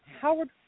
Howard